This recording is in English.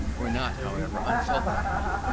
were not, however, unfelt by me.